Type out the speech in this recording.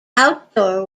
outdoor